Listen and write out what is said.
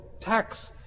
tax